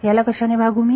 ह्याला कशाने भागू मी